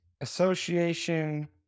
association